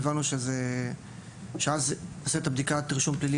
הבנו שלעשות את הבדיקה ואת הרישום פלילי